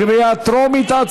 קריאה טרומית.